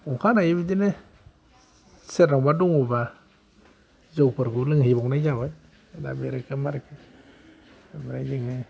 अखा नायैबो बिदिनो सोरनावबा दङबा जौफोरखौ लोंहैबावनाय जाबाय दा बे रोखोम आरिखि ओमफ्राय जोंहा